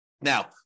Now